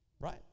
Right